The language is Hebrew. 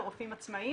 לרופאים עצמאיים,